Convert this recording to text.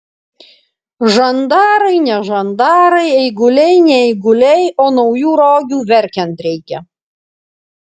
žandarai ne žandarai eiguliai ne eiguliai o naujų rogių verkiant reikia